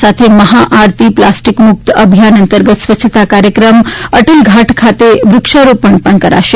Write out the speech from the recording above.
આ સાથે મહાઆરતી પ્લાસ્ટીક મુક્ત અભિયાન અંતર્ગત સ્વચ્છતાનો કાર્યક્રમ અટલ ઘાટ ખાતે વૃક્ષારોપણ પણ કરાશે